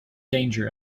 danger